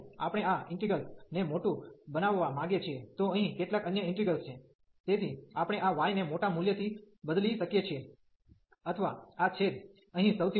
તેથી જો આપણે આ ઇન્ટિગ્રેલ્સને મોટું બનાવવા માંગીએ છીએ તો અહીં કેટલાક અન્ય ઇન્ટિગ્રેલ્સ છે તેથી આપણે આ y ને મોટા મૂલ્યથી બદલી શકીએ છીએ અથવા આ છેદ અહીં સૌથી મોટું મૂલ્ય લેશે પાઈ પર